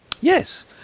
Yes